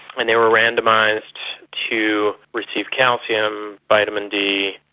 and they were randomised to receive calcium, vitamin d,